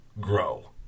grow